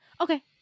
Okay